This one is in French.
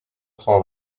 cent